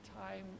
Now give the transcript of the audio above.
time